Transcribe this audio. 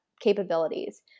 capabilities